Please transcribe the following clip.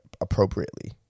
Appropriately